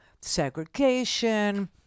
segregation